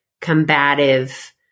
combative